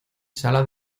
sala